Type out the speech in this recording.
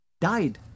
died